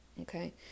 Okay